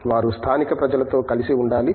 వారు స్థానిక ప్రజలతో కలిసి ఉండాలి